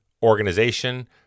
organization